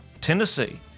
Tennessee